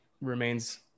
remains